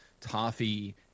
toffee